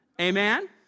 Amen